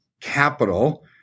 capital